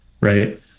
Right